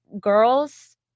girls